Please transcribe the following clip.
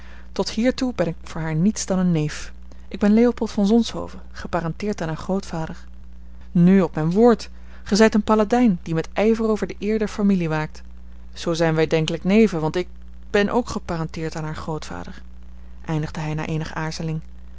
tot hiertoe ben ik voor haar niets dan een neef ik ben leopold van zonshoven geparenteerd aan haar grootvader nu op mijn woord gij zijt een paladijn die met ijver over de eer der familie waakt zoo zijn wij denkelijk neven want ik ben ook geparenteerd aan haar grootvader eindigde hij na eenig